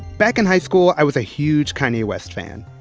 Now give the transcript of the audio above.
back in high school, i was a huge kanye west fan.